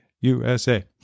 usa